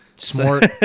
Smart